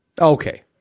Okay